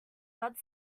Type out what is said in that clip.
bud